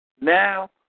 Now